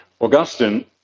Augustine